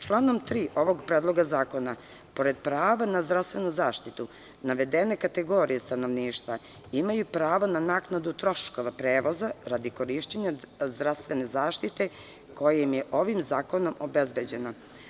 Članom 3. ovog predloga zakona, pored prava na zdravstvenu zaštitu, navedene kategorije stanovništva imaju pravo na naknadu troškova prevoza radi korišćenja zdravstvene zaštite, koja im je ovim zakonom obezbeđena.